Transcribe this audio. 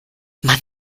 man